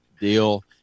deal